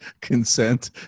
consent